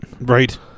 Right